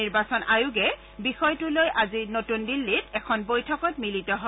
নিৰ্বাচন আয়োগে বিষয়টো লৈ আজি নতুন দিল্লীত এখন বৈঠকত মিলিত হয়